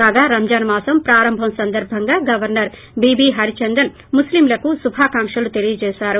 కాగా రంజాన్ మాసం ప్రారంభం సందర్భంగా గవర్సర్ బి బి హరిచందన్ ముస్లింలకు శుభాకాంక్షలు తెలియజేశారు